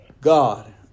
God